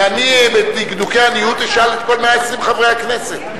ואני בדקדוקי עניות אשאל את כל 120 חברי הכנסת.